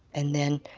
and then